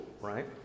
right